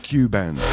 Cuban